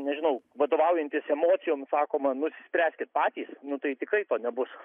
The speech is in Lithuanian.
nežinau vadovaujantis emocijom sakoma nusispręskit patys nu tai tikrai nebus